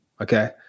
Okay